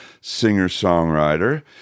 singer-songwriter